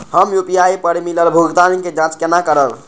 हम यू.पी.आई पर मिलल भुगतान के जाँच केना करब?